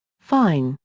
fine,